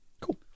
Cool